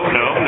no